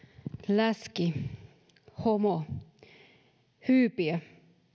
läski homo hyypiö